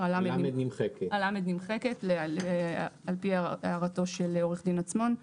ה-ל' נמחקת, על פי הערתו של עו"ד עצמון.